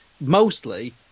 mostly